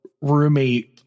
roommate